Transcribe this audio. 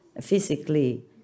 Physically